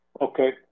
Okay